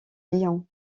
lyon